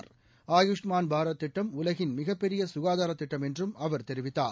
அரபூஷ்மான் பாரத் திட்டம் உலகின் மிகப்பெரியககாதாரதிட்டம் என்றும் அவர் தெரிவித்தார்